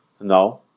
No